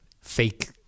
fake